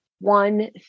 one